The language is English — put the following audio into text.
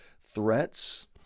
threats